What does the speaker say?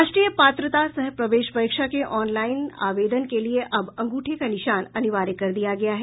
राष्ट्रीय पात्रता सह प्रवेश परीक्षा के ऑनलाईन आवेदन के लिए अब अंगूठे का निशान अनिवार्य कर दिया गया है